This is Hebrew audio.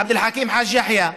עבד אל חכים חאג' יחיא,